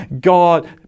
God